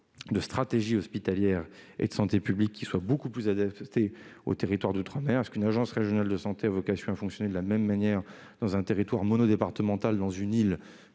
de stratégies hospitalières et de santé publique beaucoup plus adaptées aux territoires d'outre-mer. Une agence régionale de santé a-t-elle vocation à fonctionner de la même manière dans un territoire monodépartemental tel qu'une île